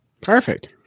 Perfect